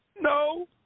No